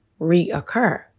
reoccur